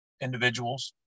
individuals